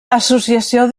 associació